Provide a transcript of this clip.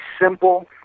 simple